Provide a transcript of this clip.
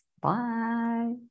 bye